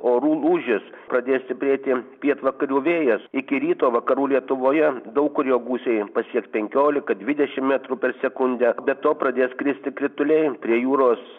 orų lūžis pradės stiprėti pietvakarių vėjas iki ryto vakarų lietuvoje daug kur jo gūsiai pasieks penkiolika dvidešim metrų per sekundę be to pradės kristi krituliai prie jūros